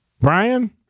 Brian